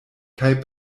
kaj